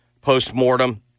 postmortem